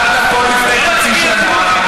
עמדת פה לפני חצי שנה,